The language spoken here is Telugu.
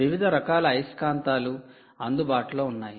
వివిధ రకాల అయస్కాంతాలు అందుబాటులో ఉన్నాయి